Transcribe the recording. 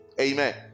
amen